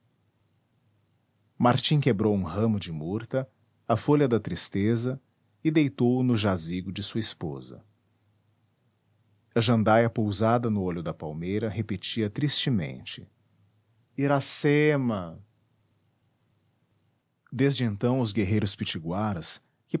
martim quebrou um ramo de murta a folha da tristeza e deitou o no jazigo de sua esposa a jandaia pousada no olho da palmeira repetia tristemente iracema desde então os guerreiros